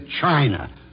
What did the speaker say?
China